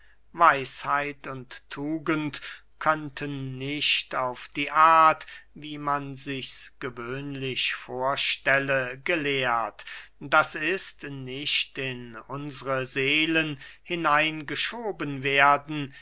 weisheit und tugend könnten nicht auf die art wie man sichs gewöhnlich vorstelle gelehrt d i nicht in unsre seelen hineingeschoben werden